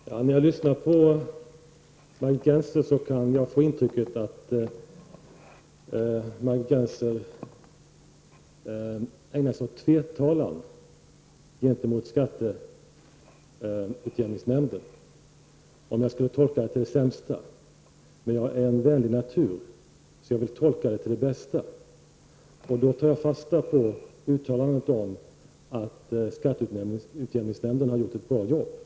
Fru talman! När jag lyssnar på Margit Gennser kan jag få intrycket att Margit Gennser ägnar sig åt tvetalan gentemot skatteutjämningsnämnden -- om jag skulle tolka det till det sämsta. Men jag är en vänlig natur och vill tolka det till det bästa. Då tar jag fasta på uttalandet om att skatteutjämningsnämnden har gjort ett bra jobb.